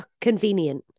Convenient